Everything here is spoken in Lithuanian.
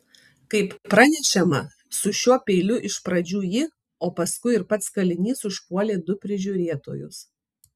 kaip pranešama su šiuo peiliu iš pradžių ji o paskui ir pats kalinys užpuolė du prižiūrėtojus